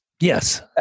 Yes